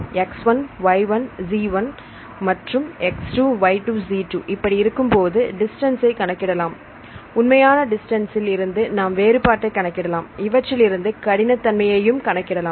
x1 y1 z1 மற்றும் x2 y2 z2 இப்படி இருக்கும்போது டிஸ்டன்ஸ் ஐ கணக்கிடலாம் உண்மையான டிஸ்டன்ஸ் இல் இருந்து நாம் வேறு பாட்டை கணக்கிடலாம் இவற்றிலிருந்து கடினத்தன்மையையும் கணக்கிடலாம்